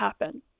happen